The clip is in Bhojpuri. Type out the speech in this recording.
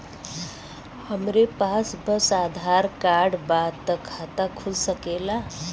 हमरे पास बस आधार कार्ड बा त खाता खुल सकेला?